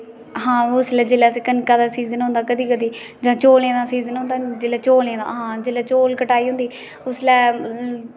हां उसले जिसले कनका दा सीजन होंदा कंदे कंदे जो चोले दा सीजन होंदा जिसले चोले दा हां जिसले चौल कटाई होंदी उसले